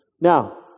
Now